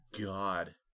God